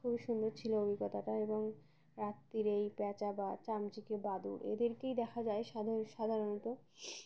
খুবই সুন্দর ছিল অভিজ্ঞতাটা এবং রাত্রির এই পেঁচা বা চামচিকে বাদুড় এদেরকেই দেখা যায় সাধ সাধারণত